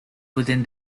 within